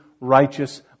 righteous